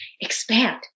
expand